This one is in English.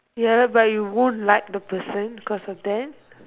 ya but you won't like the person because of that